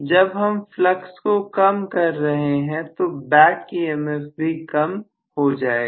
जब हम फ्लक्स को कम कर रहे हैं तो बैक EMF भी कम हो जाएगा